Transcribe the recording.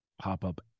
pop-up